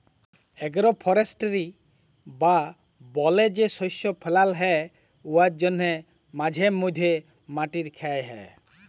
agro forestry বা বলে যে শস্য ফলাল হ্যয় উয়ার জ্যনহে মাঝে ম্যধে মাটির খ্যয় হ্যয়